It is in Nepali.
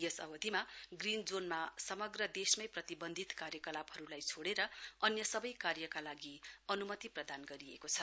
यस अवधिमा ग्रीन जोनमा समग्र देशमै प्रतिबनधित कार्यकलापहरूलाई छोडेर अन्य सबै कार्यका लागि अनुमति प्रदान गरिएको छ